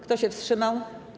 Kto się wstrzymał?